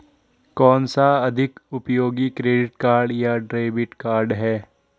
कौनसा अधिक उपयोगी क्रेडिट कार्ड या डेबिट कार्ड है?